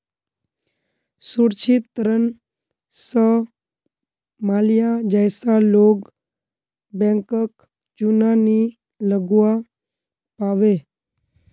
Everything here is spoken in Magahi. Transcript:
सुरक्षित ऋण स माल्या जैसा लोग बैंकक चुना नी लगव्वा पाबे